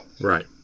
Right